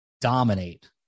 dominate